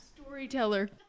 Storyteller